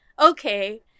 okay